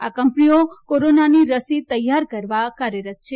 આ કંપનીઓ કોરોનાની રસી તૈયાર કરવા કાર્યરત છે